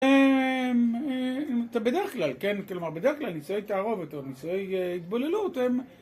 אתה בדרך כלל כן, כלומר בדרך כלל נישואי תערובת או נישואי התבוללות הם